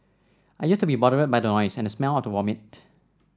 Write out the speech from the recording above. I used to be bothered by the noise and smell of vomit